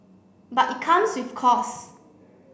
but it comes with costs